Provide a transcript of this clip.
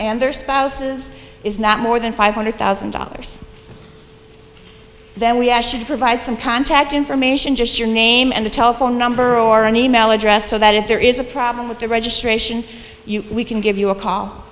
and their spouses is not more than five hundred thousand dollars then we should provide some contact information just your name and a telephone number or an e mail address so that if there is a problem with the registration we can give you a call